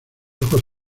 ojos